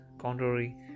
contrary